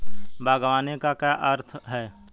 बागवानी का क्या अर्थ है?